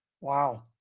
Wow